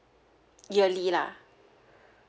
yearly lah